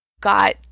got